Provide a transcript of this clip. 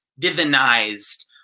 divinized